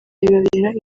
bibabera